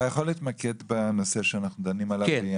אתה יכול להתמקד בנושא שאנחנו דנים עליו?